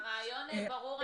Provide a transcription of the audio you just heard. הרעיון ברור,